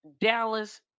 Dallas